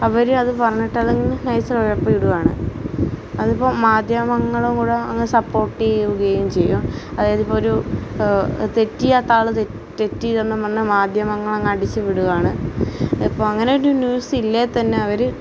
അവര് അത് പറഞ്ഞിട്ട് അതങ്ങ് നൈസ് ആയി ഉഴപ്പി വിടുകയാണ് അതിപ്പം മാധ്യമങ്ങളും കൂടെ അങ്ങ് സപ്പോര്ട്ട് ചെയ്യുകയും ചെയ്യും അതായത് ഇപ്പോൾ ഒരു തെറ്റ് ചെയ്യാത്ത ആള് തെറ്റ് ചെയ്തെന്നും പറഞ്ഞ് മാധ്യമങ്ങളങ്ങ് അടിച്ചു വിടുകയാണ് ഇപ്പോൾ അങ്ങനെ ഒരു ന്യൂസ് ഇല്ലേൽ തന്നെ അവര്